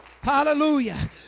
Hallelujah